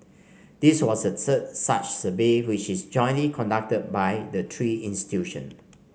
this was the third such survey which is jointly conducted by the three institution